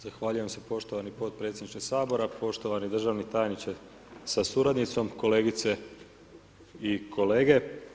Zahvaljujem se poštovani potpredsjedniče Sabora, poštovani državni tajniče sa suradnicom, kolegice i kolege.